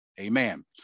Amen